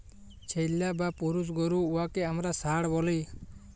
ছেইল্যা বা পুরুষ গরু উয়াকে আমরা ষাঁড় ব্যলি